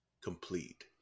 complete